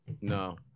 No